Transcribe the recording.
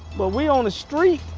but we on the street,